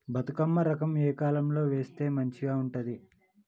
బతుకమ్మ రకం ఏ కాలం లో వేస్తే మంచిగా ఉంటది?